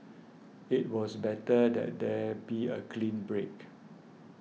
it was better that there be a clean break